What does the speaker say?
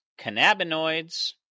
cannabinoids